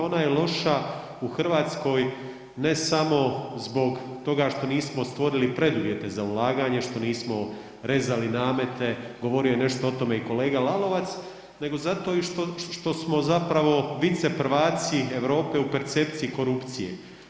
Ona je loša u Hrvatskoj ne samo zbog toga što nismo stvorili preduvjete za ulaganje što nismo rezali namete, govorio je o tome nešto i kolega Lalovac, nego zato što smo zapravo vice prvaci Europe u percepciji korupcije.